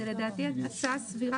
לדעתי זו הצעה סבירה.